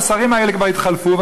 השרים האלה כבר יתחלפו,